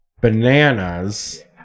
Bananas